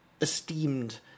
esteemed